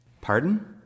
Pardon